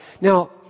Now